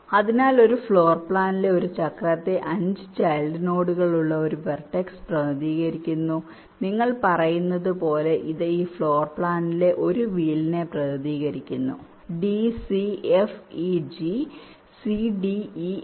അതിനാൽ ഒരു ഫ്ലോർ പ്ലാനിലെ ഒരു ചക്രത്തെ 5 ചൈൽഡ് നോഡുകളുള്ള ഒരു വെർടെക്സ് പ്രതിനിധീകരിക്കുന്നു നിങ്ങൾ പറയുന്നത് പോലെ ഇത് ഈ ഫ്ലോർ പ്ലാനിലെ ഒരു വീലിനെ പ്രതിനിധീകരിക്കുന്നു d c f e g c d e f g